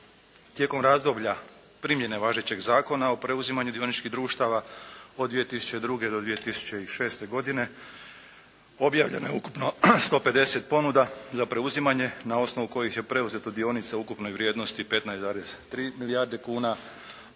Tijekom razdoblja primjene važećeg zakona o preuzimanju dioničkih društava od 2002. do 2006. godine, objavljeno je ukupno 150 ponuda za preuzimanje na osnovu kojih je preuzeto dionica u ukupnoj vrijednosti 15,3 milijarde kuna,